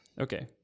Okay